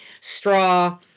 straw